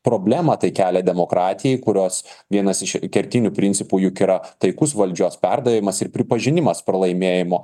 problemą tai kelia demokratijai kurios vienas iš kertinių principų juk yra taikus valdžios perdavimas ir pripažinimas pralaimėjimo